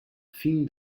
fin